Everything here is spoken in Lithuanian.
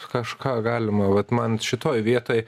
kažką galima vat man šitoj vietoj